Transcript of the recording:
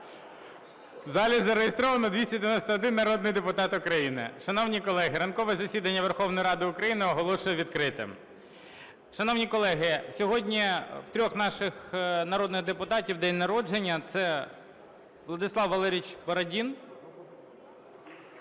залі зареєстровано 291 народний депутат України. Шановні колеги, ранкове засідання Верховної Ради України оголошую відкритим. Шановні колеги, сьогодні в трьох наших народних депутатів день народження: це Владислав Валерійович Бородін,